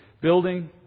building